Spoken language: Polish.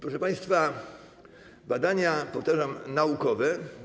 Proszę państwa, badania, powtarzam, naukowe.